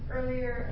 Earlier